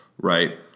right